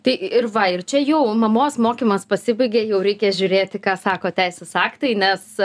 tai ir va ir čia jau mamos mokymas pasibaigia jau reikia žiūrėti ką sako teisės aktai nes